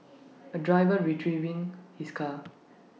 A driver retrieving his car